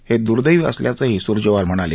हे दुदैवी असल्याचंही सुरजेवाल म्हणाले